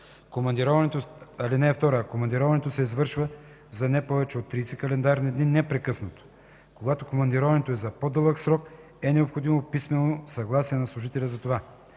Командироването се извършва за не повече от 30 календарни дни непрекъснато. Когато командироването е за по-дълъг срок, е необходимо писмено съгласие на служителите за това.